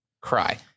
Cry